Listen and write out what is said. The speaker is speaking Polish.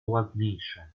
ładniejsze